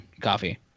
coffee